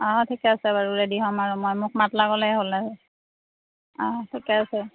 অঁ ঠিকে আছে বাৰু ৰেডী হ'ম আৰু মই মোক মাত লগালেই হ'ল আৰু অঁ ঠিকে আছে